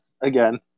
Again